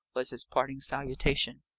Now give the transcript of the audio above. was his parting salutation.